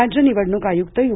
राज्य निवडणूक आयुक्त यू